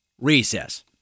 recess